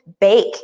bake